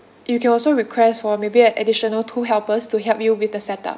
you can also request for maybe an additional two helpers to help you with the set up